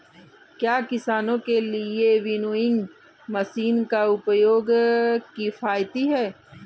क्या किसानों के लिए विनोइंग मशीन का प्रयोग किफायती है?